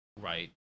right